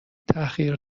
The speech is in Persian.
تحقیر